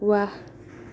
ৱাহ